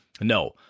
No